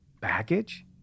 baggage